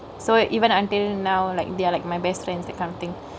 so even until now like they are like my best friends that kind of thingk